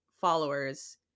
followers